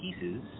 pieces